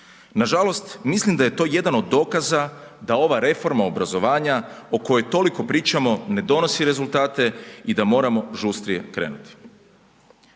Nažalost, mislim da je to jedan od dokaza da ova reforma obrazovanja o kojoj toliko pričamo ne donosi rezultate i da moramo žustrije krenuti.“